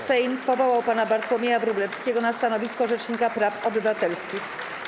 Sejm powołał pana Bartłomieja Wróblewskiego na stanowisko rzecznika praw obywatelskich.